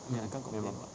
mm memang